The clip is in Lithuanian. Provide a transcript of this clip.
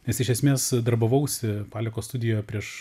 nes iš esmės darbavausi paleko studiją prieš